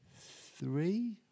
three